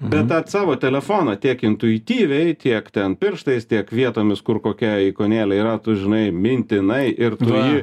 bet tą savo telefoną tiek intuityviai tiek ten pirštais tiek vietomis kur kokia ikonėlė yra tu žinai mintinai ir tu jį